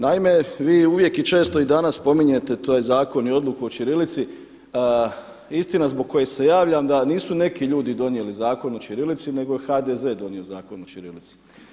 Naime, vi uvijek i često i danas spominjete to je zakon i odluku o ćirilici, istina zbog koje se javljam da nisu neki ljudi donijeli Zakon o ćirilici nego je HDZ donio Zakon o ćirilici.